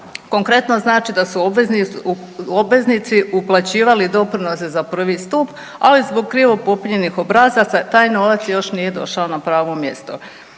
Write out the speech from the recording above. Konkretno znači da su obveznici uplaćivali doprinose za prvi stup, ali zbog krivo popunjenih obrazaca taj novac još nije došao na pravo mjesto.